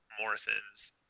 Morrison's